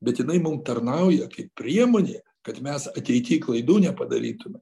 bet jinai mum tarnauja kaip priemonė kad mes ateity klaidų nepadarytume